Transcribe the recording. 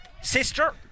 sister